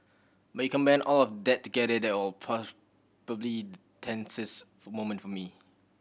but you combine all of that together that all probably tensest for moment for me